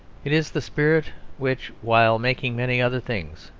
it is the spirit which, while making many other things,